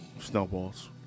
Snowballs